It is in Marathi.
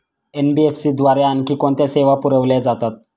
एन.बी.एफ.सी द्वारे आणखी कोणत्या सेवा पुरविल्या जातात?